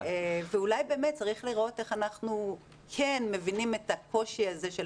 אולי באמת צריך לראות איך אנחנו כן מבינים את הקושי הזה של